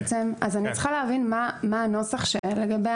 אז אני צריכה להבין מה הנוסח לגבי